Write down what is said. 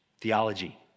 theology